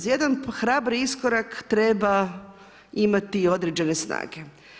Za jedan hrabri iskorak treba imati i određene snage.